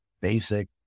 basic